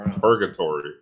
purgatory